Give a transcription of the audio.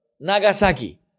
Nagasaki